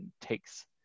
takes